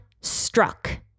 struck